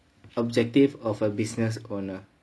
objective of a business owner